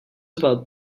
about